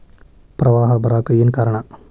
ಪ್ರವಾಹ ಬರಾಕ್ ಏನ್ ಕಾರಣ?